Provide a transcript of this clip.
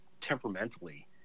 temperamentally